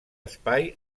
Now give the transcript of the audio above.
espai